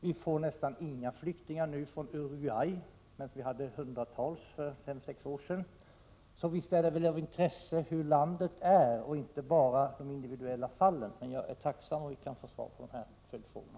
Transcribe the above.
Vi får nu nästan inga flyktingar från Uruguay, medan vi hade hundratals för fem sex år sedan, så visst är det väl av intresse hur landet är och inte bara hur det förhåller sig i de individulla fallen. Jag är tacksam om jag kan få svar på mina följdfrågor.